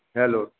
hello